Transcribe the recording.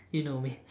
you know me